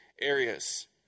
areas